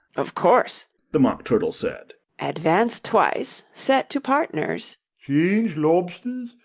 of course the mock turtle said advance twice, set to partners change lobsters,